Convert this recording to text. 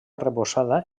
arrebossada